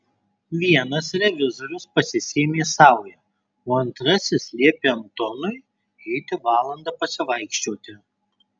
vienas revizorius pasisėmė saują o antrasis liepė antonui eiti valandą pasivaikščioti